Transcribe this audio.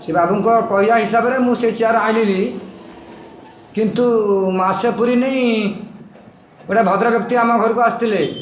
ସେ ବାବୁଙ୍କ କହିବା ହିସାବରେ ମୁଁ ସେ ଚେୟାର୍ ଆଣିଲିି କିନ୍ତୁ ମାସେ ପୁରୀ ନେଇ ଗୋଟେ ଭଦ୍ର ବ୍ୟକ୍ତି ଆମ ଘରକୁ ଆସିଥିଲେ